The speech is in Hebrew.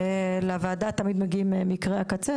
לוועדה תמיד מגיעים מקרי הקצה,